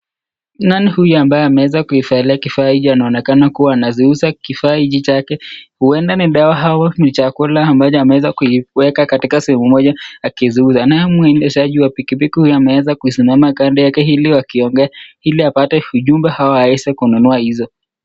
Nani huyu ambaye ameweza kuvalia kifaa hicho? Inaonekana kuwa anaziuza kifaa hiki chake. Huenda ni dawa ama ni chakula ambacho ameweza kukiweka katika sehemu moja akiziuza. Na huyu mwendeshaji wa pikipiki huyu ameweza kusimama kando yake ili wakiongea, ili apate ujumbe ama aweze kununua hizo.